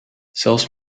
zelfs